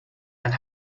and